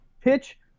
Pitch